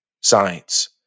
science